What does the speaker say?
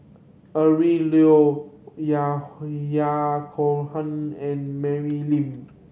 Adrin Loi Ya Ya Cohen and Mary Lim